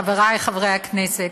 חבריי חברי הכנסת,